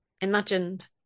imagined